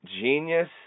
Genius